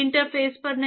interface पर नहीं